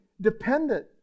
dependent